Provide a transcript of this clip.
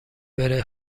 بره